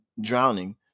drowning